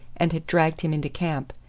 and had dragged him into camp,